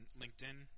linkedin